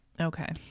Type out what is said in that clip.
Okay